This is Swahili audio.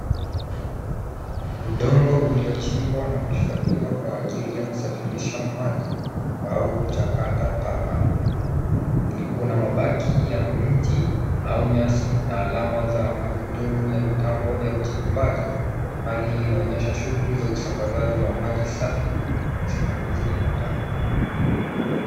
Udongo uliochimbwa na kuhifadhiwa kwa ajili ya kusafirisha maji au kuchakata taka. Kuna mabaki ya mti au nyasi na alama za magurudumu za mitambo ya uchimbaji. Hali hii inaonyesha shughuli za usambazaji wa maji safi na usimamizi wa taka.